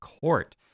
Court